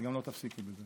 את גם לא תפסיקי בזה.